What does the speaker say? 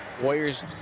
Warriors